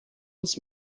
uns